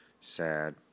sad